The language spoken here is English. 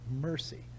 mercy